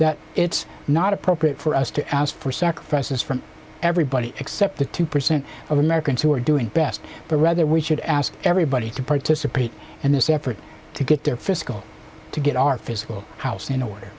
that it's not appropriate for us to ask for sacrifices from everybody except the two percent of americans who are doing best but rather we should ask everybody to participate in this effort to get their fiscal to get our fiscal house in order